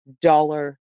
dollar